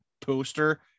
poster